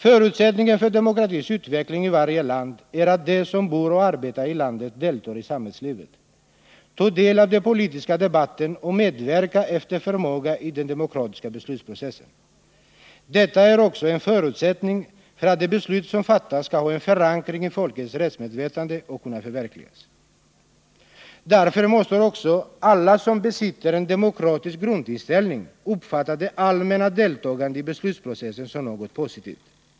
Förutsättningen för demokratins utveckling i varje land är att de som bor och arbetar i landet deltar i samhällslivet, tar del av den politiska debatten och medverkar efter förmåga i den demokratiska beslutsprocessen. Detta är också en förutsättning för att de beslut som fattas skall ha en förankring i folkets rättsmedvetande och kunna förverkligas. Därför måste också alla som besitter en demokratisk grundinställning uppfatta det allmänna deltagandet i beslutsprocessen som något positivt.